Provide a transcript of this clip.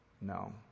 No